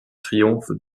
triomphe